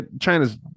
China's